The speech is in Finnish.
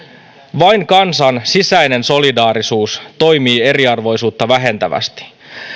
vain kansan sisäinen solidaarisuus toimii eriarvoisuutta vähentävästi